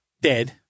dead